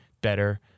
better